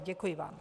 Děkuji vám.